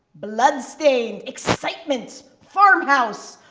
bloodstained, excitement, farmhouse,